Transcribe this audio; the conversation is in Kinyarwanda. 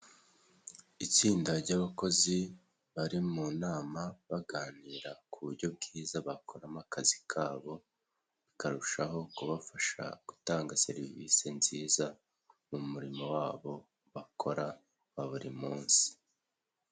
Itsinda ry'abakozi bari mu nama baganira ku buryo bwiza bakora akazi kabo neza bakarushaho gufafashanya mu gutanga serivisi nziza mu mimirimo yabo bakora buri munsi.